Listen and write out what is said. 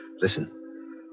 Listen